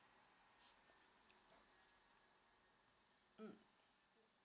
mm